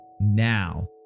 now